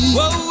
Whoa